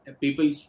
people